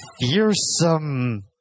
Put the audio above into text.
fearsome